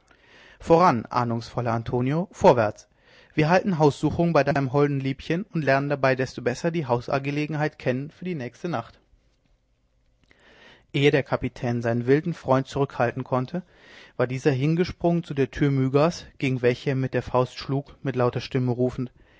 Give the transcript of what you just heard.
voran ahnungsvoller antonio vorwärts wir halten haussuchung bei deinem holden liebchen und lernen dabei desto besser die hausgelegenheit kennen für die nächste nacht ehe der kapitän seinen wilden freund zurückhalten konnte war dieser hingesprungen zu der tür mygas gegen welche er mit der faust schlug mit lauter stimme rufend